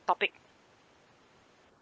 topic